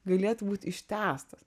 galėtų būt ištęstas